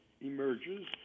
emerges